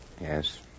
Yes